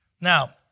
Now